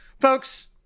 Folks